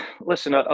listen